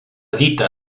dita